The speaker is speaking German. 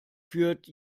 führt